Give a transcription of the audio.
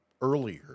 earlier